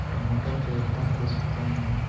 टमाटर के उतम किस्म कौन है?